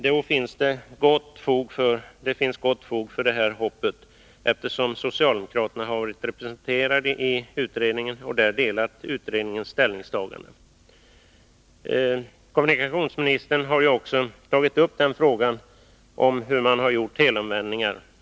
Det finns gott fog för detta hopp, eftersom socialdemokraterna har varit representerade i utredningen och där delat utredningens ställningstagande. Kommunikationsministern har här också tagit upp att socialdemokraterna gjort helomvändningar.